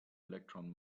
electron